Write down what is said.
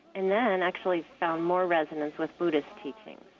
and then actually found more resonance with buddhist teachings.